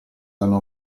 dalla